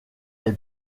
est